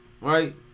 right